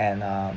and um